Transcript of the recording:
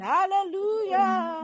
Hallelujah